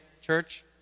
church